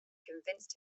convinced